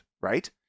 right